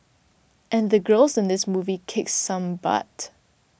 and the girls in this movie kicks some butt